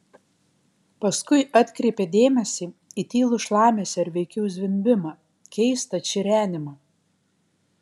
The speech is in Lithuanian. paskui atkreipė dėmesį į tylų šlamesį ar veikiau zvimbimą keistą čirenimą